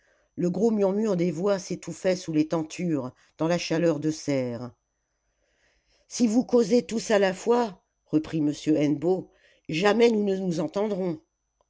le gros murmure des voix s'étouffait sous les tentures dans la chaleur de serre si vous causez tous à la fois reprit m hennebeau jamais nous ne nous entendrons